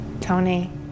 Tony